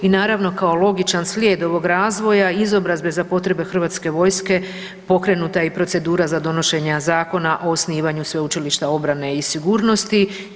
I naravno kao logičan slijed ovog razvoja izobrazbe za potrebe hrvatske vojske pokrenuta je i procedura za donošenje Zakona o osnivanju Sveučilišta obrane i sigurnosti.